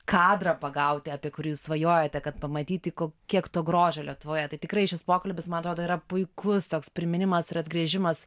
kadrą pagauti apie kurį jūs svajojate kad pamatyti ko kiek to grožio lietuvoje tai tikrai šis pokalbis man atrodo yra puikus toks priminimas ir atgręžimas